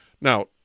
Now